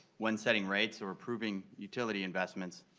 when setting rates or proving utility investments.